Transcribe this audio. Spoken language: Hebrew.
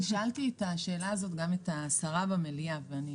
אני שאלתי את השאלה הזאת את השרה במליאה ואני